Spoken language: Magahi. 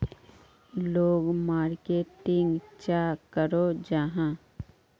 लोग मार्केटिंग चाँ करो जाहा?